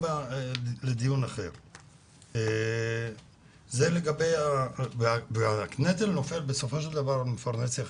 בסופו של דבר כל הנטל נופל על מפרנס יחיד,